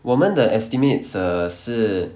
我们的 estimates err 是